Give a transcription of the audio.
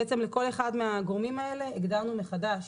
בעצם לכל אחד מהגורמים האלה הגדרנו מחדש